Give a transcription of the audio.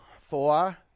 Four